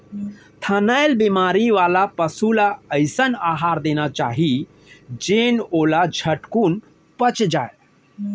थनैल बेमारी वाला पसु ल अइसन अहार देना चाही जेन ओला झटकुन पच जाय